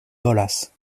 bolas